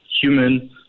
human